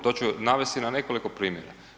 To ću navesti na nekoliko primjera.